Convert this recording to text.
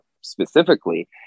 specifically